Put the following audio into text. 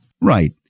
Right